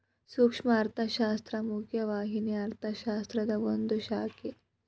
ಸೂಕ್ಷ್ಮ ಅರ್ಥಶಾಸ್ತ್ರ ಮುಖ್ಯ ವಾಹಿನಿಯ ಅರ್ಥಶಾಸ್ತ್ರದ ಒಂದ್ ಶಾಖೆ